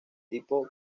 tipo